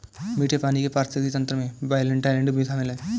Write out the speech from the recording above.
मीठे पानी के पारिस्थितिक तंत्र में वेट्लैन्ड भी शामिल है